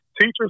teachers